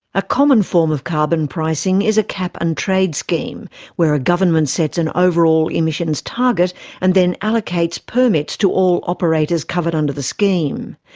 a common form of carbon pricing is a cap and trade scheme where a government sets an overall emissions target and then allocates permits to all operators covered under the scheme.